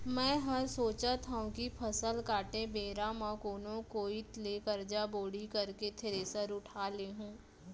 मैं हर सोचत हँव कि फसल काटे बेरा म कोनो कोइत ले करजा बोड़ी करके थेरेसर उठा लेहूँ